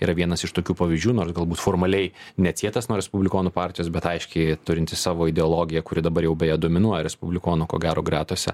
yra vienas iš tokių pavyzdžių nors galbūt formaliai neatsietas nuo respublikonų partijos bet aiškiai turintis savo ideologiją kuri dabar jau beje dominuoja respublikonų ko gero gretuose